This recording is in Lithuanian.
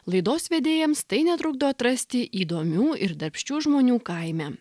laidos vedėjams tai netrukdo atrasti įdomių ir darbščių žmonių kaime